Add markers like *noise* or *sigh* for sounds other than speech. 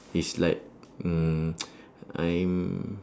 is like mm *noise* I'm